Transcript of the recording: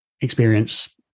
experience